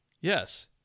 yes